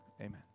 amen